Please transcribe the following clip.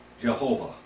Jehovah